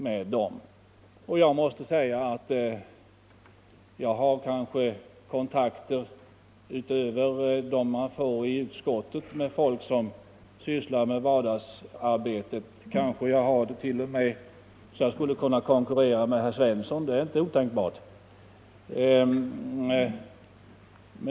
Sedan vill jag säga att jag har säkert kontakter, utöver dem man får i utskottet, med folk som sysslar med vardagsarbete. I det avseendet kanske jag t.o.m. kan konkurrera med herr Svensson. Det är inte otänkbart.